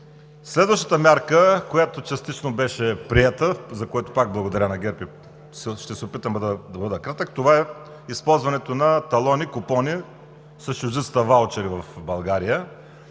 Следващата мярка, която частично беше приета, за което пак благодаря на ГЕРБ, и ще се опитам да бъда кратък, това е използването на талони – купони, с чуждицата ваучери, в България